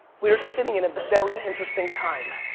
we are sitting in a very interesting time.